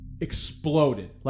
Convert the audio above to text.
exploded